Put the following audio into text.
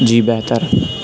جی بہتر ہے